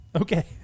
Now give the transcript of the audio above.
Okay